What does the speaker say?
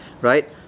Right